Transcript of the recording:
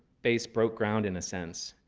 space broke ground in a sense,